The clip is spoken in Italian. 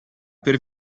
per